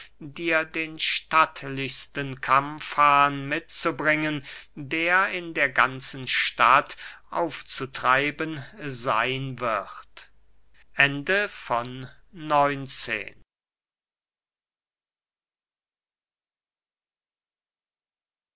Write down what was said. dir den stattlichsten kampfhahn mitzubringen der in der ganzen stadt aufzutreiben seyn wird xlvi